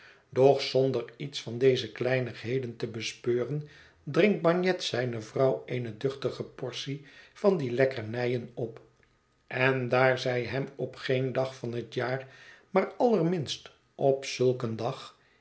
doch zonder iets van deze kleinigheden te bespeuren dringt bagnet zijne vrouw eene duchtige portie van die lekkernijen op en daar zij hem op geen dag van het jaar maar allerminst op zulk een dag